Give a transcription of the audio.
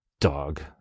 Dog